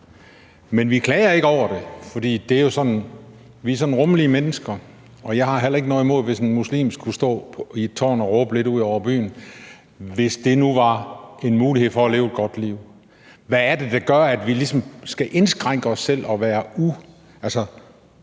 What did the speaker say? Men vi klager ikke over det, for vi er sådan rummelige mennesker. Jeg har heller ikke noget imod, hvis en muslim skulle stå i et tårn og råbe lidt ud over byen, hvis det nu var en mulighed for at leve et godt liv. Hvad er det, der gør, at vi ligesom skal indskrænke os selv og være